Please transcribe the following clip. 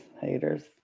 haters